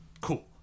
cool